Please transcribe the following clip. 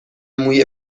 موی